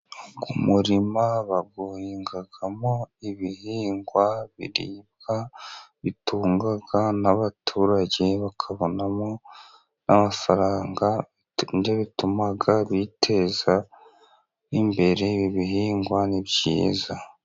uyu murima bawuhingamo ibihingwa biribwa bitunga n'abaturage bakabonamo n'amafaranga nibyo bituma biteza imbere ibihingwa ni byiza.